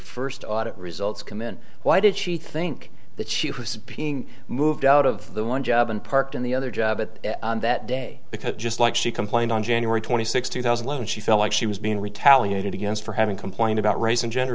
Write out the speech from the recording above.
first audit results came in why did she think that she has moved out of the one job and parked in the other job at that day because just like she complained on january twenty sixth two thousand she felt like she was being retaliated against for having complained about race and gender